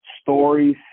stories